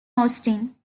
austin